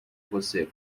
você